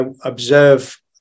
observe